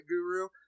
guru